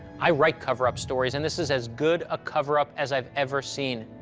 i write cover-up stories, and this is as good a cover-up as i've ever seen.